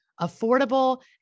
affordable